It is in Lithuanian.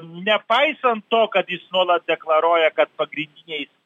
nepaisant to kad jis nuolat deklaruoja kad pagrindiniais